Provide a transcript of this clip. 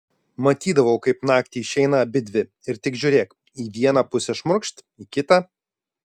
matydavau kaip naktį išeina abidvi ir tik žiūrėk į vieną pusę šmurkšt į kitą